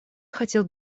хотел